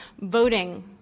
voting